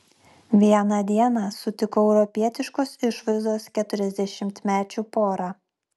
vieną dieną sutikau europietiškos išvaizdos keturiasdešimtmečių porą